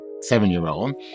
seven-year-old